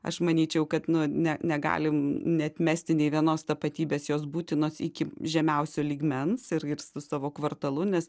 aš manyčiau kad nu ne negalim neatmesti nei vienos tapatybės jos būtinos iki žemiausio lygmens irgi ir su savo kvartalu nes